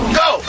go